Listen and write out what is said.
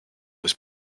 was